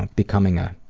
becoming a